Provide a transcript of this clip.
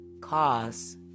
cause